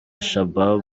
shabab